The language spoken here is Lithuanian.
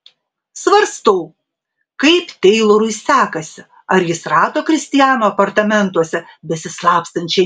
svarstau kaip teilorui sekasi ar jis rado kristiano apartamentuose besislapstančią leilą